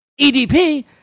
EDP